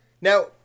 Now